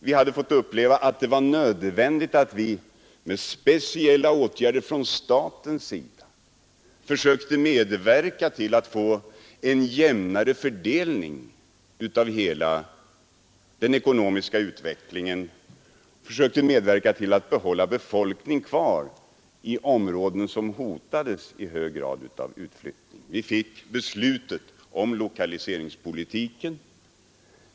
Vi hade fått uppleva att det var nödvändigt att staten genom speciella åtgärder försökte medverka till en jämnare fördelning av hela den ekonomiska utvecklingen, försökte medverka till att hålla befolkning kvar i områden som i hög grad hotades av utflyttning. Vi fick beslutet om lokaliseringspolitiken.